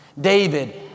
David